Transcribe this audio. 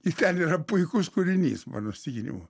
ir ten yra puikus kūrinys mano įsitikinimu